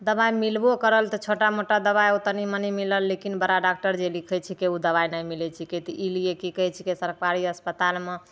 दबाइ मिलबो करल तऽ छोटा मोटा दबाइ ओ तनी मनी मिलल लेकिन बड़ा डॉक्टर जे लिखैत छिकै ओ दबाइ नहि मिलैत छिकै तऽ ई लिए की कहैत छिकै सरकारी अस्पतालमे